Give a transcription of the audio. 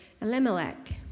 Elimelech